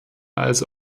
also